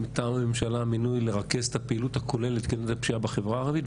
מטעם הממשלה מינוי לרכז את הפעילות הכוללת של הפשיעה בחברה הערבית,